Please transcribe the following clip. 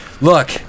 Look